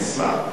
נשמח.